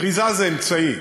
כריזה זה אמצעי.